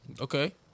okay